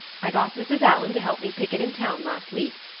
i got mrs. allan to help me pick it in town last week,